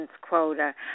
quota